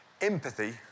empathy